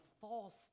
false